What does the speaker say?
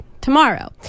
tomorrow